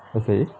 okay